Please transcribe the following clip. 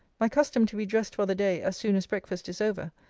my custom to be dressed for the day, as soon as breakfast is over,